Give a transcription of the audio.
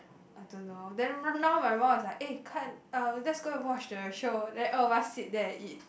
I don't know then run now my mum was like eh 看 uh let's go and watch the show then all of us sit there and eat